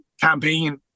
campaign